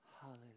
Hallelujah